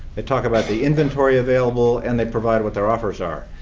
they talk about the inventory available and they provide what their offers are.